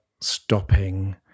stopping